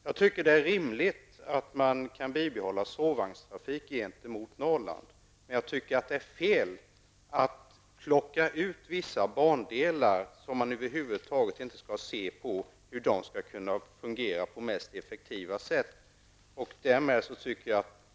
Jag tycker att det är rimligt att man bibehåller sovvagnstrafiken i Norrland. Däremot tycker jag att det är fel att plocka ut vissa bandelar och inte studera hur de skall kunna fungera på mest effektiva sätt.